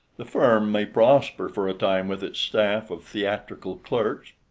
the firm may prosper for a time with its staff of theatrical clerks,